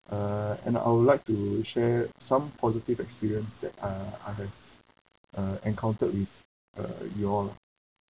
uh and I would like to share some positive experience that uh I have uh encounter with uh you all